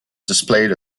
displayed